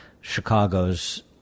Chicago's